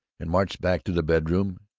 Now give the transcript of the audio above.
and marched back to the bedroom,